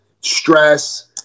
stress